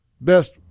Best